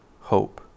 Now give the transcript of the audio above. hope